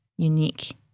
unique